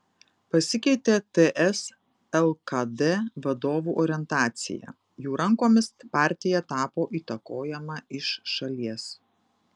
pasikeitė ts lkd vadovų orientacija jų rankomis partija tapo įtakojama iš šalies